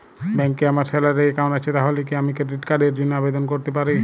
ব্যাংকে আমার salary account আছে তাহলে কি আমি ক্রেডিট কার্ড র জন্য আবেদন করতে পারি?